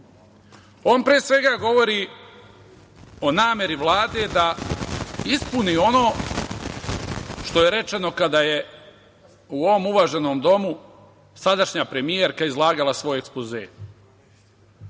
On, pre svega, govori o nameri Vlade da ispuni ono što je rečeno kada je u ovom uvaženom Domu sadašnja premijerka izlagala svoj ekspoze. On